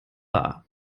war